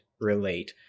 relate